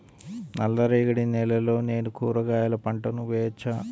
నల్ల రేగడి నేలలో నేను కూరగాయల పంటను వేయచ్చా?